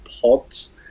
pods